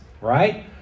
right